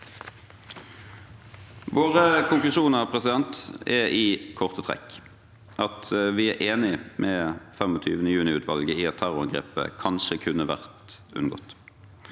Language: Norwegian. Våre konklusjoner er i korte trekk: – Vi er enig med 25. juni-utvalget i at terrorangrepet kanskje kunne ha vært unngått.